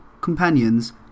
companions